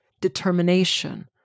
determination